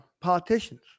politicians